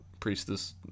priestess